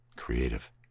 creative